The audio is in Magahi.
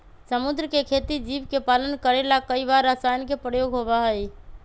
समुद्र के खेती जीव के पालन करे ला कई बार रसायन के प्रयोग होबा हई